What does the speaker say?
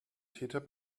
täter